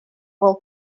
will